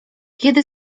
kiedy